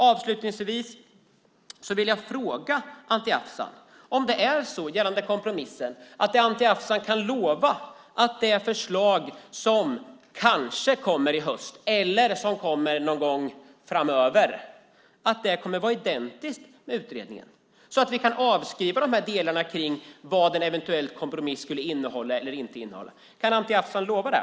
Avslutningsvis vill jag, beträffande kompromissen, fråga Anti Avsan om han kan lova att det förslag som kanske kommer i höst, eller någon gång framöver, kommer att vara identiskt med utredningens, så att vi kan avskriva vad en eventuell kompromiss skulle innehålla. Kan Anti Avsan lova det?